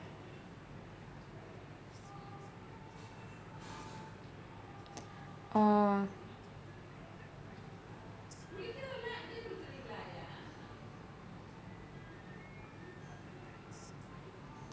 uh